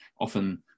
often